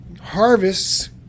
harvests